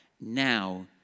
now